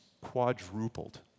Quadrupled